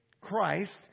Christ